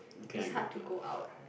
is hard to go out